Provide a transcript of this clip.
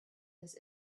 his